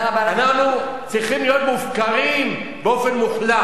אנחנו צריכים להיות מופקרים באופן מוחלט.